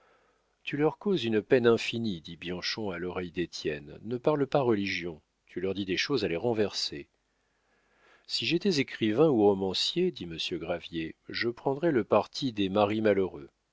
tu leur causes une peine infinie dit bianchon à l'oreille d'étienne ne parle pas religion tu leur dis des choses à les renverser si j'étais écrivain ou romancier dit monsieur gravier je prendrais le parti des maris malheureux